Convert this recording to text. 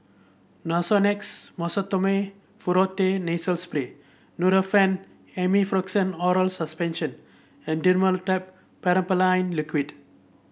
Nasonex Mometasone Furoate Nasal Spray Nurofen Oral Suspension and Dimetapp Phenylephrine Liquid